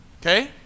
Okay